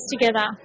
together